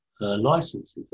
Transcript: licenses